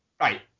right